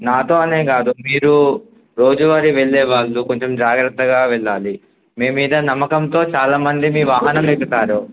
నాతో అనే కాదు మీరు రోజువారి వెళ్ళే వాళ్ళు కొంచెం జాగ్రత్తగా వెళ్ళాలి మీ మీద నమ్మకంతో చాలామంది మీ వాహనం ఎక్కుతారు